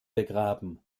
begraben